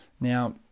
Now